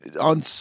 on